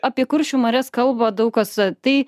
apie kuršių marias kalba daug kas tai